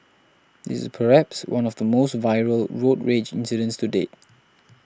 this is perhaps one of the most viral road rage incidents to date